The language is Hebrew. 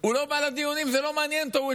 הוא לא בא לדיונים, זה לא מעניין אותו.